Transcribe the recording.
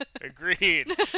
Agreed